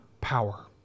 power